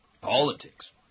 politics